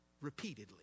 repeatedly